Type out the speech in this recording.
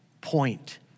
point